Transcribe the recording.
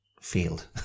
field